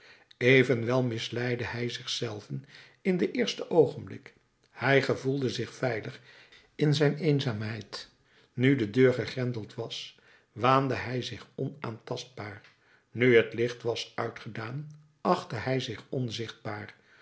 evenwel misleidde hij zich zelven in den eersten oogenblik hij gevoelde zich veilig in zijn eenzaamheid nu de deur gegrendeld was waande hij zich onaantastbaar nu het licht was uitgedaan achtte hij zich onzichtbaar